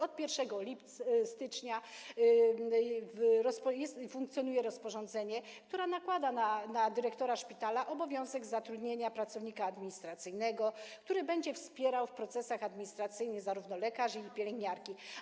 Od 1 stycznia jest i funkcjonuje rozporządzenie, które nakłada na dyrektora szpitala obowiązek zatrudnienia pracownika administracyjnego, który będzie wspierał w procesach administracyjnych zarówno lekarzy, jak i pielęgniarki.